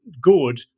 good